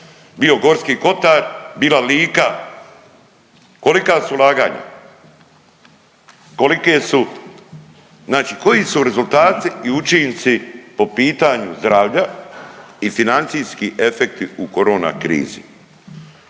bio Gorski kotar, bila Lika, kolika su ulaganja, kolike su, znači koji su rezultati i učinci po pitanju zdravlja i financijski efekti u korona krizi